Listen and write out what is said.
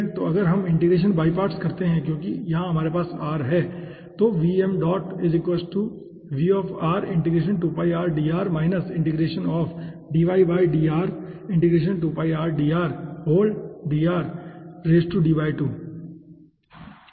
तो अगर हम इंटीग्रेशन बाई पार्ट्स करते हैं क्योंकि यहां हमारे पास r है